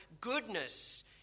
goodness